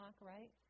right